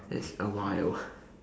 it's a while